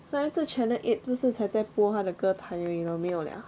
上一次 channel eight 不是才再播他的歌台而已 lor 没有 liao ah